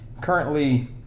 currently